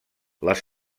les